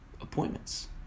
appointments